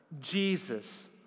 Jesus